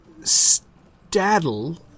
Staddle